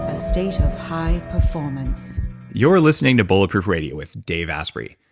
ah state of high performance you're listening to bulletproof radio with dave asprey.